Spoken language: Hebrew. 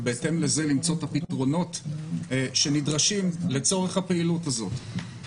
ובהתאם לזה למצוא את הפתרונות שנדרשים לצורך הפעילות הזאת.